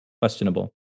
questionable